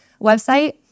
website